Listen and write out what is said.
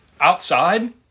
outside